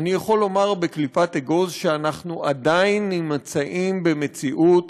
אני יכול לומר בקליפת אגוז שאנחנו עדיין נמצאים במציאות